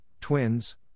Twins